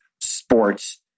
sports